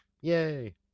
Yay